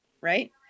right